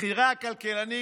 בכירי הכלכלנים,